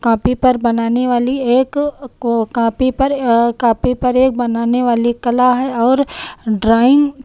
copy पर बनाने वाली एक कॉ कॉपी पर कॉपी पर एक बनाने वाली कला है और ड्रॉइन्ग